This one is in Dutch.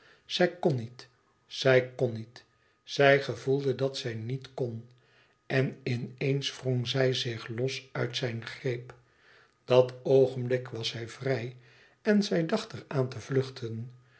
zij kon niet zij kon niet zij gevoelde dat zij niet kon en in eens wrong zij zich los uit zijn greep dat oogenblik was zij vrij en zij dacht er aan te vluchten